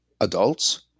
adults